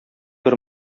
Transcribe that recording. бер